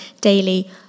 daily